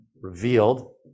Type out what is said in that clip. revealed